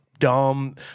dumb